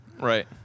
Right